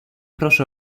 proszę